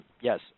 yes